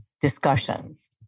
discussions